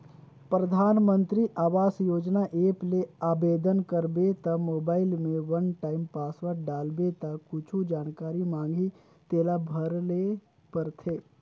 परधानमंतरी आवास योजना ऐप ले आबेदन करबे त मोबईल में वन टाइम पासवर्ड डालबे ता कुछु जानकारी मांगही तेला भरे ले परथे